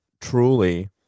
truly